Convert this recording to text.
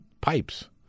pipes